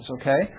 Okay